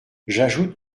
j’ajoute